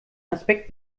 aspekt